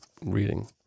reading